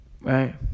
Right